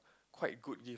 quite good gift